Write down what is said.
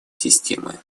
системы